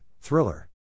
Thriller